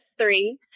three